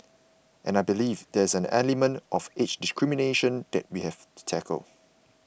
and I believe there's an element of age discrimination that we have to tackle